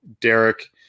Derek